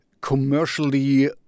commercially